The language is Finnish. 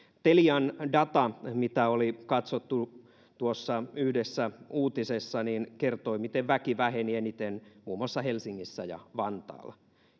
telian data mitä oli katsottu tuossa yhdessä uutisessa kertoi miten väki väheni eniten muun muassa helsingissä ja vantaalla